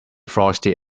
frosty